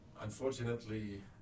Unfortunately